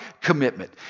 commitment